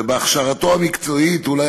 שבהכשרתו המקצועית הוא כלכלן,